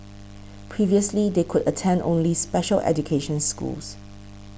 previously they could attend only special education schools